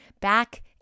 Back